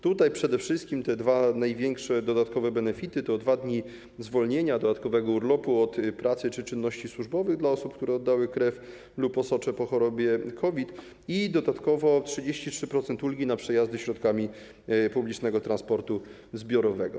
Te dwa największe dodatkowe benefity to 2 dni zwolnienia, dodatkowego urlopu od pracy czy czynności służbowych dla osób, które oddały krew lub osocze po chorobie COVID, i dodatkowo 33% ulgi na przejazdy środkami publicznego transportu zbiorowego.